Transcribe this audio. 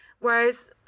whereas